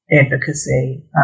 advocacy